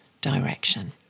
direction